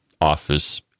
Office